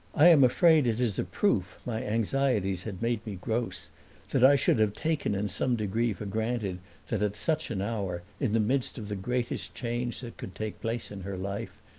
i am afraid it is a proof my anxieties had made me gross that i should have taken in some degree for granted that at such an hour, in the midst of the greatest change that could take place in her life,